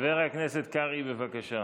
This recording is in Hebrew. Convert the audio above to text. הכנסת קרעי, בבקשה.